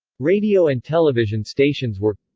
radio and television stations were